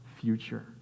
future